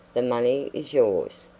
the money is yours.